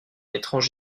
étrange